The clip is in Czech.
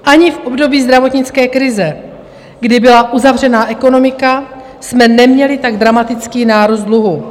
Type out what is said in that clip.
Ani v období zdravotnické krize, kdy byla uzavřená ekonomika, jsme neměli tak dramatický nárůst dluhu.